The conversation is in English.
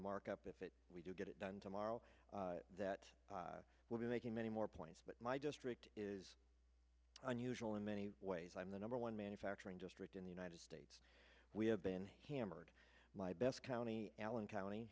the markup if it we do get it done tomorrow that will be making many more points but my district is unusual in many ways i'm the number one manufacturing just read in the united states we have been hammered my best county allen county